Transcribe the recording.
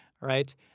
right